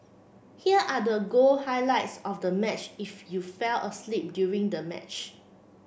here are the goal highlights of the match if you fell asleep during the match